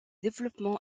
développements